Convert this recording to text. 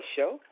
Show